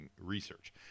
research